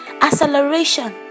acceleration